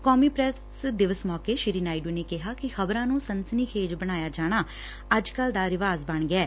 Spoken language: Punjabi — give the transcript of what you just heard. ਕੌਮੀ ਪੈਸ ਦਿਵਸ ਮੌਕੇ ਸ੍ਰੀ ਨਾਇਡੁ ਨੇ ਕਿਹਾ ਕਿ ਖ਼ਬਰਾਂ ਨੂੰ ਸਨਸ਼ਨੀਖੇਜ਼ ਬਣਾਇਆ ਜਾਣਾ ਅੱਜ ਕੱਲ੍ ਦਾ ਰਿਵਾਜ ਬਣ ਗਿਐ